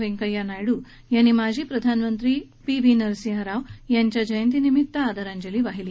व्यंकय्या नायडू यांनी माजी प्रधानमंत्री नरसिंह राव यांच्या जयंतीनिमित आदरांजली वाहिली